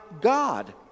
God